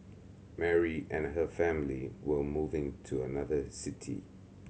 Mary and her family were moving to another city